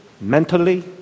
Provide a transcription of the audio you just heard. mentally